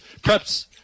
preps